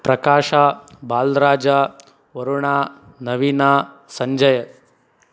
Prakash Balraj Varun Naveen Sanjay